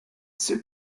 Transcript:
ceux